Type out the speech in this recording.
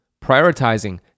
prioritizing